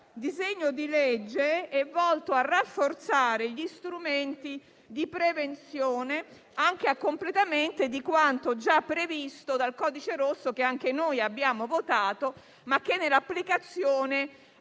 disegno di legge è volto a rafforzare gli strumenti di prevenzione anche a completamento di quanto già previsto dal codice rosso, che anche noi abbiamo votato ma che nell'applicazione